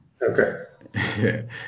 Okay